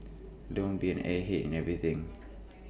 don't be an airhead in everything